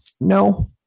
No